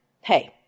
Hey